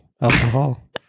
alcohol